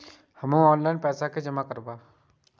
हमू ऑनलाईनपेसा के जमा करब?